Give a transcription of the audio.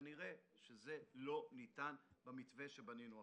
כנראה שזה לא ניתן במתווה שבנינו עכשיו.